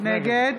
נגד